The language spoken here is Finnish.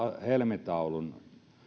helmitaulun